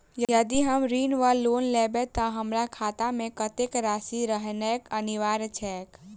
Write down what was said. यदि हम ऋण वा लोन लेबै तऽ हमरा खाता मे कत्तेक राशि रहनैय अनिवार्य छैक?